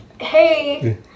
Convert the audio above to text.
hey